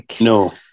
No